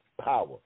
power